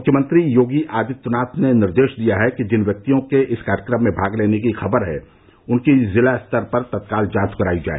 मुख्यमंत्री योगी आदित्यनाथ ने निर्देश दिया है कि जिन व्यक्तियों के इस कार्यक्रम में भाग लेने की खबर है उनकी जिला स्तर पर तत्काल जांच करायी जाए